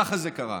ככה זה קרה.